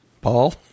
Paul